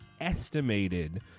estimated